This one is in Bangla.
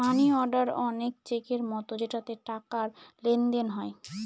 মানি অর্ডার অনেক চেকের মতো যেটাতে টাকার লেনদেন হয়